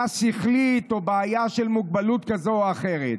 שכלית או בעיה של מוגבלות כזאת או אחרת.